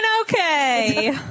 okay